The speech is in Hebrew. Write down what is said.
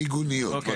מיגוניות, בבקשה.